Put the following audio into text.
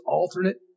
alternate